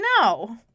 no